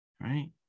right